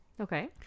Okay